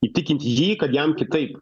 įtikint jį kad jam kitaip